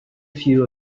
few